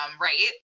right